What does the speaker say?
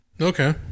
Okay